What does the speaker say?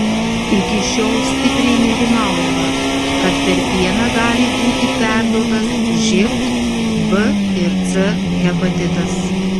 iki šiol stipriai nerimaujama kad per pieną gali būti perduotas živ b ir c hepatitas